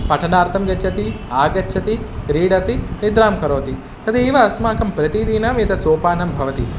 पठनार्थं गच्छति आगच्छति क्रीडति निद्रां करोति तदेव अस्माकं प्रतिदिनं एतत् सोपानं भवति